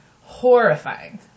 Horrifying